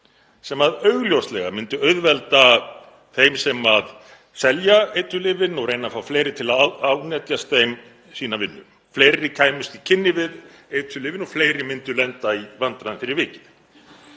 sem augljóslega myndi auðvelda þeim sem selja eiturlyfin og reyna að fá fleiri til að ánetjast þeim sína vinnu. Fleiri kæmust í kynni við eiturlyfin og fleiri myndu lenda í vandræðum fyrir vikið.